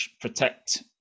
protect